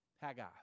Haggai